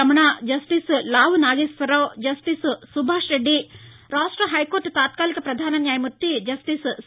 Ramana justice Lavu Nageswara Rao justice Subhash Reddy రాక్లు హైకోర్లు తాత్కాలిక ప్రధాన న్యాయమూర్తి జస్లిస్ సి